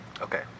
Okay